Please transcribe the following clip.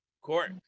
Court